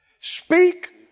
Speak